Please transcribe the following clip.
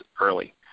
early